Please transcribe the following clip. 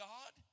God